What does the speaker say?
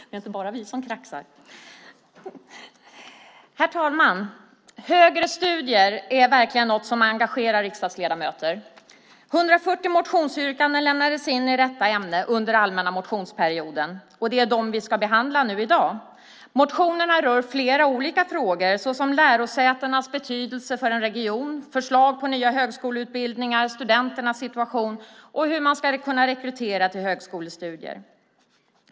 Herr talman! Högre studier är verkligen något som engagerar riksdagsledamöter. 140 motionsyrkanden lämnades in i detta ämne under allmänna motionstiden, och det är dem vi behandlar i dag. Motionerna rör flera olika frågor, såsom lärosätenas betydelse för en region, förslag på nya högskoleutbildningar, studenternas situation och hur man ska kunna rekrytera till högskolestudier.